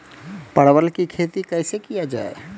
परवल की खेती कैसे किया जाय?